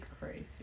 crazy